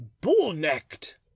bull-necked